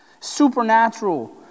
supernatural